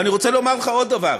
ואני רוצה לומר לך עוד דבר.